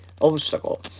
obstacle